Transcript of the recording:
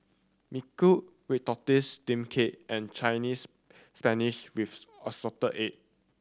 Mui Kee red tortoise steamed cake and Chinese Spinach with assorted egg